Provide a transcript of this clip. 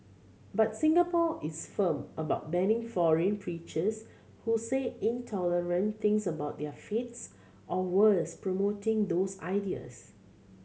but Singapore is firm about banning foreign preachers who say intolerant things about their faiths or worse promoting those ideas